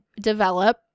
develop